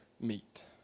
meet